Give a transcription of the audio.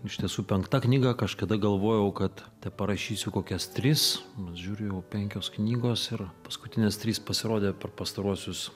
iš tiesų penkta knyga kažkada galvojau kad teparašysiu kokias tris nu žiūriu jau penkios knygos ir paskutinės trys pasirodė per pastaruosius